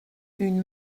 une